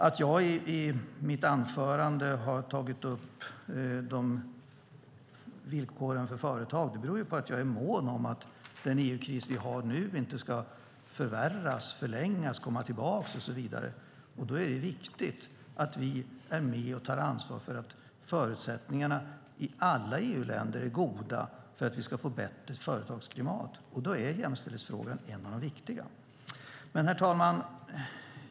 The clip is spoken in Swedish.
Att jag i mitt anförande har tagit upp villkoren för företag beror på att jag är mån om att den EU-kris som vi har nu inte ska förvärras, förlängas, komma tillbaka och så vidare. Då är det viktigt att vi är med och tar ansvar för att förutsättningarna i alla EU-länder är goda för att vi ska få bättre företagsklimat. Då är jämställdhetsfrågan en av de viktiga frågorna. Herr talman!